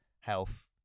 health